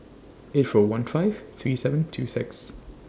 eight four one five three seven two six